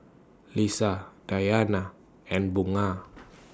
Lisa Dayana and Bunga